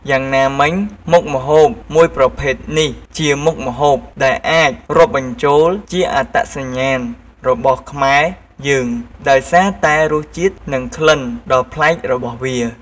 យ៉ាងណាមិញ មុខម្ហូបមួយប្រភេទនេះ ជាមុខម្ហូបដែលអាចរាប់បញ្ចូលជាអត្តសញ្ញាណរបស់ខ្មែរយើង ដោយសារតែរសជាតិ និងក្លិនដ៏ប្លែករបស់វា។